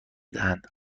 دهند